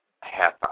half